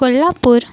Kolhapur